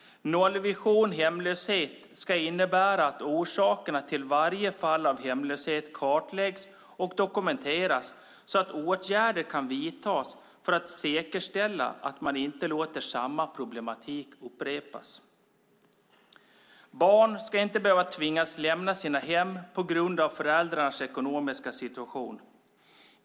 Nollvision hemlöshet ska innebära att orsakerna till varje fall av hemlöshet kartläggs och dokumenteras så att åtgärder kan vidtas för att säkerställa att man inte låter samma problematik upprepas. Barn ska inte behöva tvingas lämna sina hem på grund av föräldrarnas ekonomiska situation.